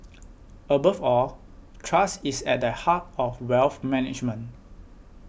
above all trust is at the heart of wealth management